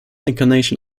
incarnation